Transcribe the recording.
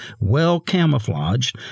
well-camouflaged